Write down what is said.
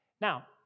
Now